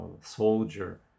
soldier